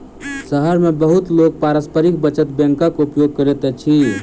शहर मे बहुत लोक पारस्परिक बचत बैंकक उपयोग करैत अछि